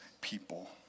people